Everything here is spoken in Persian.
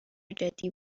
جدی